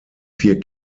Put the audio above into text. vier